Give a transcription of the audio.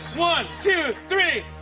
one, two, three!